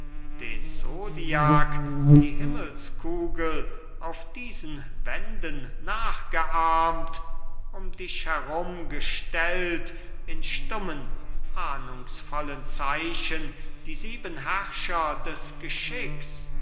den zodiak die himmelskugel auf diesen wänden nachgeahmt um dich herum gestellt in stummen ahnungsvollen zeichen die sieben herrscher des geschicks